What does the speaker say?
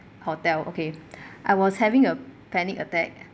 hotel okay I was having a panic attack